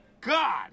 God